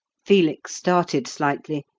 felix started slightly,